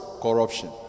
corruption